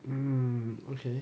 um okay